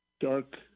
dark